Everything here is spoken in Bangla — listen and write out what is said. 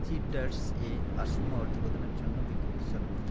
সিটার্স এ আসন্ন অর্থ প্রদানের জন্য বিজ্ঞপ্তি চালু করুন